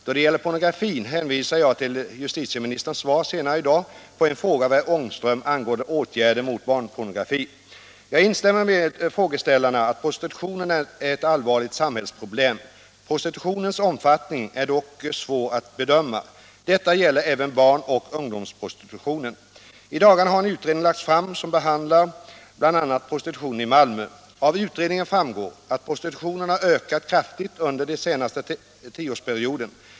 Då det gäller pornografin hänvisar jag till justitieministerns svar senare i dag på en fråga av herr Ångström angående åtgärder mot barnpornografi. Jag instämmer med frågeställarna i att prostitutionen är ett allvarligt samhällsproblem. Prostitutionens omfattning är dock svår att bedöma. Detta gäller även barn och ungdomsprostitutionen. I dagarna har en utredning lagts fram som behandlar bl.a. prostitutionen i Malmö. Av utredningen framgår att prostitutionen har ökat kraftigt under den senaste tioårsperioden.